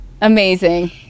amazing